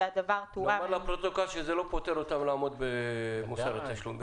נאמר לפרוטוקול שזה לא פוטר אותם מלעמוד במוסר התשלומים.